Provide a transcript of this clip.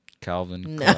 Calvin